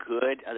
good